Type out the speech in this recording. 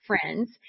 friends